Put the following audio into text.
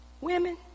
Women